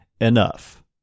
enough